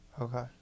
Okay